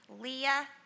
Leah